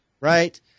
right